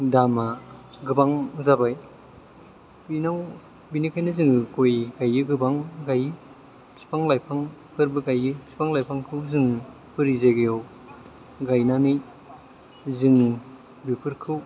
दामा गोबां जाबाय बिनिखायनो जोङो गय गायो गोबां गायो बिफां लाइफांफोरबो गायो बिफां लाइफांफोरखौ बोरि जायगायाव गायनानै जोंनि बेफोरखौ